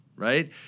right